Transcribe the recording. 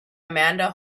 amanda